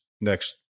next